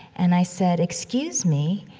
and i said, excuse me,